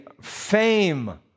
fame